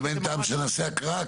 גם אין טעם שנעשה הקראה,